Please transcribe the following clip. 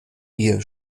ihr